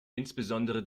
insbesondere